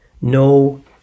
no